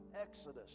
Exodus